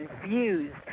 confused